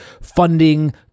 funding